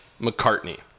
McCartney